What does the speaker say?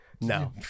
No